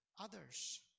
others